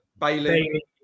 Bailey